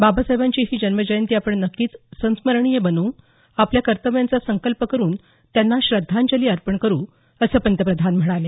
बाबासाहेबांची ही जन्म जयंती आपण नक्कीच संस्मरणीय बनवू आपल्या कर्तव्यांचा संकल्प करून त्यांना श्रद्धांजली अर्पण करू असं पंतप्रधान म्हणाले